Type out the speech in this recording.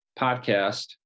podcast